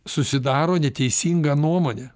susidaro neteisingą nuomonę